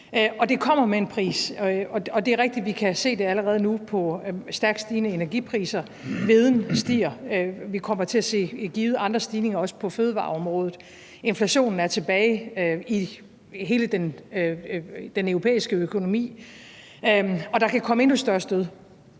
Det kommer med en pris. Og det er rigtigt, at vi allerede nu kan se det på de stærkt stigende energipriser. Hveden stiger. Vi kommer givet til at se andre stigninger også på fødevareområdet. Inflationen er tilbage i hele den europæiske økonomi. Og der kan komme endnu større stød,